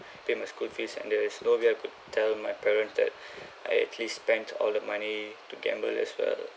pay my school fees and there is no way I could tell my parents that I actually spent all the money to gamble as well